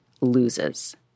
loses